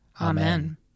Amen